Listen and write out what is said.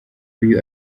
uyu